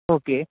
okay